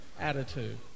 attitude